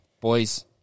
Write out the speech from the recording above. Boys